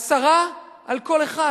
עשרה על כל אחד.